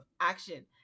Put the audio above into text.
action